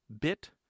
bit